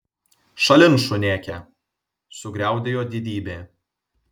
šalin šunėke sugriaudėjo didybė